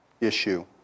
issue